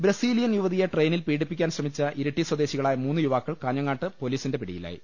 Brazilian യുവതിയെ ട്രെയിനിൽ പീഡിപ്പിക്കാൻ ശ്രമിച്ച ഇരിട്ടി സ്വദേശികളായ മൂന്ന് യൂവാക്കൾ കാഞ്ഞങ്ങാട്ട് പൊലീസ് പിടിയിലായി